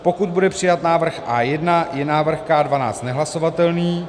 pokud bude přijat návrh A1, je návrh K12 nehlasovatelný